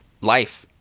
life